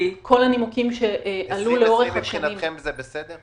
2020 מבחינתכם זה בסדר?